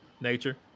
Nature